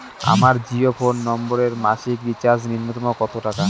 আমার জিও ফোন নম্বরে মাসিক রিচার্জ নূন্যতম কত টাকা?